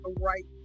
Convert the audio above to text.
right